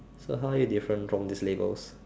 so how are you different from these labels